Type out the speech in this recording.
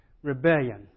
Rebellion